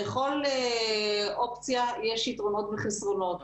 לכל אופציה יש יתרונות וחסרונות.